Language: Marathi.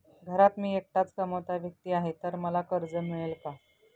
घरात मी एकटाच कमावता व्यक्ती आहे तर मला कर्ज मिळेल का?